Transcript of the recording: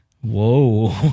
Whoa